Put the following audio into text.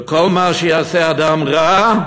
וכל מה שיעשה אדם רע,